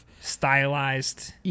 stylized